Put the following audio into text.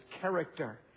character